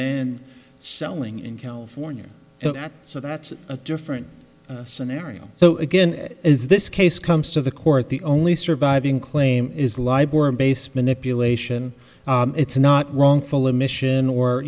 then selling it in california so that's a different scenario so again as this case comes to the court the only surviving claim is librorum base manipulation it's not wrongful emission or